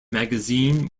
magazine